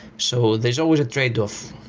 so there's always a tradeoff.